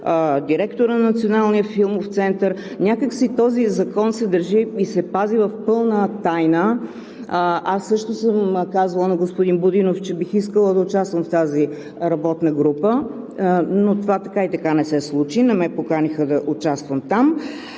директора на Националния филмов център. Някак си този закон се държи и се пази в пълна тайна. Аз също съм казвала на господин Будинов, че бих искала да участвам в тази работна група, но това така и не се случи, не ме поканиха да участвам там.